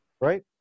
right